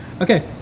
Okay